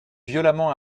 violemment